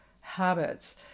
habits